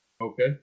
Okay